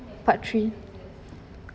part three